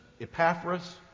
Epaphras